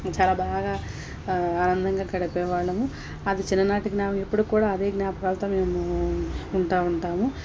చాలా బాగా ఆనందంగా గడిపేవాళ్ళము అది చిన్ననాటి ఇప్పటికీ కూడా అదే జ్ఞాపకాలతో మేము ఉంటా ఉంటాము